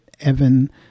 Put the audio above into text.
Evan